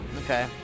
Okay